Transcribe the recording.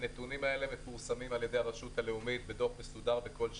הנתונים האלה מפורסמים על ידי הרשות הלאומית בדוח מסודר בכל שנה.